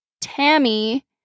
Tammy